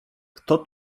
kto